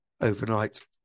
overnight